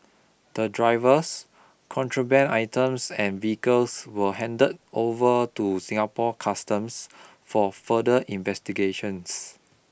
the drivers contraband items and vehicles were handed over to Singapore Customs for further investigations